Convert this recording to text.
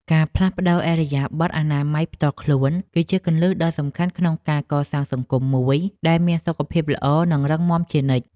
ការផ្លាស់ប្តូរឥរិយាបថអនាម័យផ្ទាល់ខ្លួន គឺជាគន្លឹះដ៏សំខាន់ក្នុងការកសាងសង្គមមួយដែលមានសុខភាពល្អនិងរឹងមាំជានិច្ច។